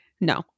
No